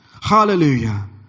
Hallelujah